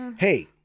Hey